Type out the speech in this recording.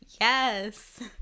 Yes